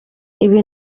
ibi